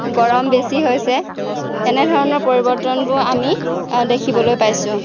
গৰম বেছি হৈছে এনেধৰণৰ পৰিৱৰ্তনবোৰ আমি দেখিবলৈ পাইছোঁ